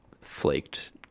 flaked